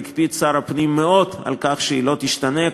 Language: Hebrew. והקפיד מאוד שר הפנים על כך שהיא לא תשתנה,